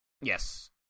Yes